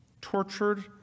tortured